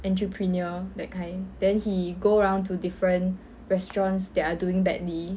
entrepreneur that kind then he go round to different restaurants that are doing badly